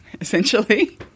essentially